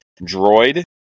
droid